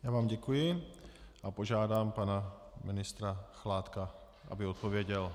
Já vám děkuji a požádám pana ministra Chládka, aby odpověděl.